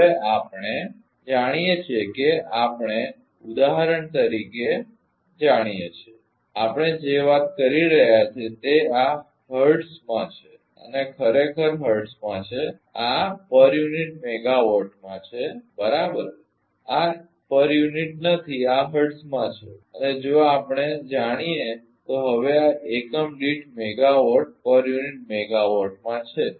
હવે આપણે જાણીએ છીએ કે આપણે ઉદાહરણ તરીકે જાણીએ છીએ આપણે જે વાત કરી રહ્યા છીએ તે આ હર્ટ્ઝમાં છે આ ખરેખર હર્ટ્ઝમાં છે અને આ એકમ દીઠ મેગાવાટમાં છે બરાબર આ એકમ દીઠ નથી આ હર્ટ્ઝમાં છે અને જો આપણે જાણીએ તો હવે આ એકમ દીઠ મેગાવાટમાં છે